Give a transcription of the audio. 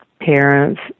parents